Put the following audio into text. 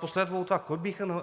последвало от това?